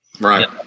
Right